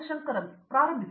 ಶಂಕರನ್ ಪ್ರಾರಂಭಿಸಿ